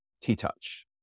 T-Touch